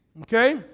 okay